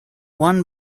won